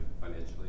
financially